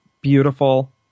beautiful